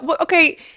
okay